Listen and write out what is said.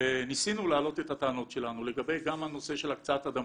ניסינו להעלות את הטענות שלנו לגבי גם הנושא של הקצאת אדמות.